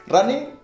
Running